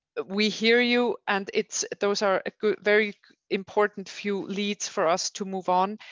we hear you. and it's those are a very important few leads for us to move on.